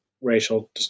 racial